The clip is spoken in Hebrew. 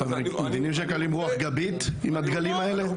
אתם מבינים שהם מקבלים רוח גבית עם הדגלים האלה?